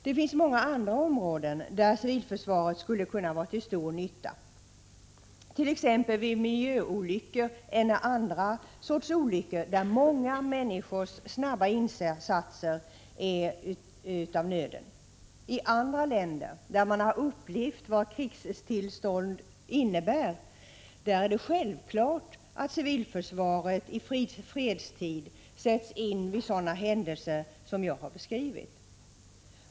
Det finns många områden där civilförsvaret skulle vara till stor nytta, t.ex. vid miljöeller andra olyckor där många människors snabba insatser är nödvändiga. I andra länder, där man upplevt vad krigstillstånd är, är det självklart att civilförsvaret i fredstid sätts in vid sådana händelser som jag beskrivit.